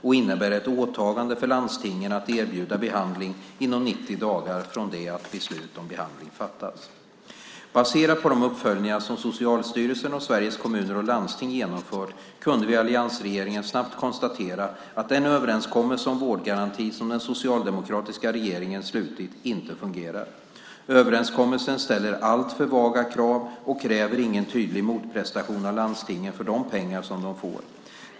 Den innebär ett åtagande för landstingen att erbjuda behandling inom 90 dagar från det att beslut om behandling har fattats. Baserat på de uppföljningar som Socialstyrelsen och Sveriges Kommuner och Landsting har genomfört kunde vi i alliansregeringen snabbt konstatera att den överenskommelse om vårdgaranti som den Socialdemokratiska regeringen slutit inte fungerar. Överenskommelsen ställer alltför vaga krav och kräver ingen tydlig motprestation av landstingen för de pengar som de får.